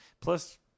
Plus